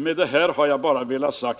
Med detta har jag bara velat säga